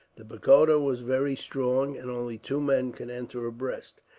the pagoda was very strong, and only two men could enter abreast.